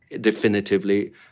definitively